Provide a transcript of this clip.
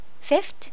Fifth